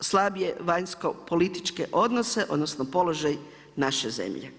slabije vanjsko političke odnose, odnosno, položaj naše zemlje.